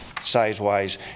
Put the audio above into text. size-wise